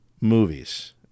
movies